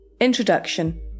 Introduction